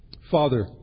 Father